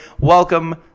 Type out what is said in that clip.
Welcome